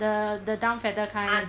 the the down feather kind